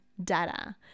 data